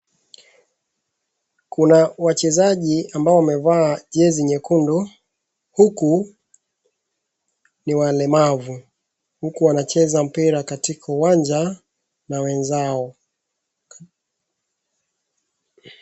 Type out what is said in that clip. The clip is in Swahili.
Kuna wachezaji ambao wamevaa jezi nyekundu huku ni walemavu. Huku wanacheza mpira katika uwanja na wenzao.